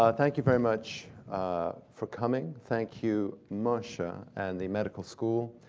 ah thank you very much for coming. thank you, marcia, and the medical school,